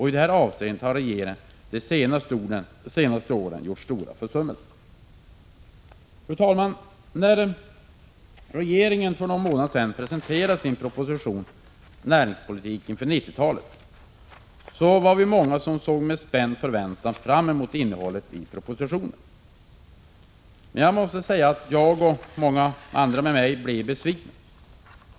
I det här avseendet har regeringen de senaste åren gjort sig skyldig till stora försummelser. Fru talman! När regeringen för någon månad sedan presenterade sin proposition Näringspolitik inför 90-talet, var vi många som med spänd förväntan såg fram emot innehållet i propositionen. Jag och många med mig blev besvikna.